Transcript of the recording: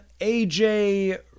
AJ